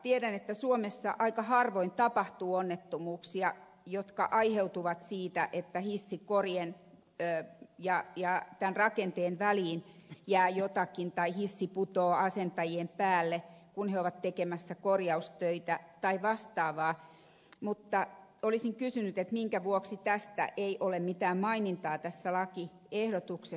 tiedän että suomessa aika harvoin tapahtuu onnettomuuksia jotka aiheutuvat siitä että hissikorin ja tämän rakenteen väliin jää jotakin tai hissi putoaa asentajien päälle kun he ovat tekemässä korjaustöitä tai vastaavaa mutta olisin kysynyt minkä vuoksi tästä ei ole mitään mainintaa tässä lakiehdotuksessa